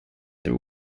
their